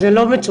זה לא מצומצם.